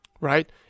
right